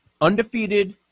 Undefeated